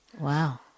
Wow